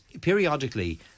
Periodically